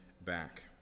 back